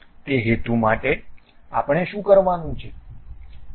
તે હેતુ માટે આપણે શું કરવાનું છે